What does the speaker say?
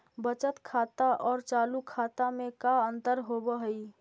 बचत खाता और चालु खाता में का अंतर होव हइ?